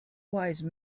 wise